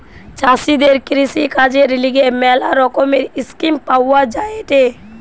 চাষীদের কৃষিকাজের লিগে ম্যালা রকমের স্কিম পাওয়া যায়েটে